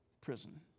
prison